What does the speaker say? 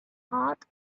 heart